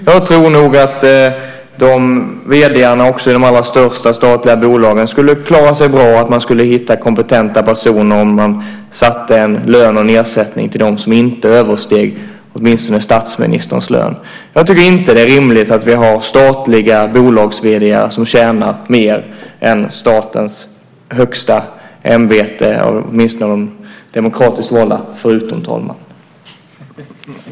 Jag tror nog att också vd:arna i de allra största statliga bolagen skulle klara sig bra och att man skulle hitta kompetenta personer om man satte en lön och en ersättning till dem som inte översteg åtminstone statsministerns lön. Jag tycker inte att det är rimligt att vi har vd:ar för statliga bolag som tjänar mer än det som betalas i statens högsta ämbete, åtminstone de demokratiskt valda, förutom talmannen.